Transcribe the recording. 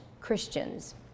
Christians